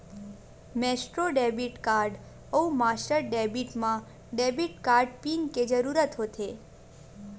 Maestro debit card अउ master debit म debit card PIN के जरूरत होथे